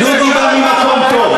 דודי בא ממקום טוב,